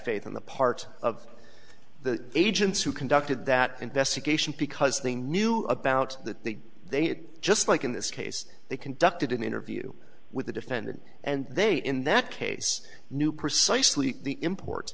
faith on the part of the agents who conducted that investigation because they knew about that they did they it just like in this case they conducted an interview with the defendant and they in that case knew precisely the import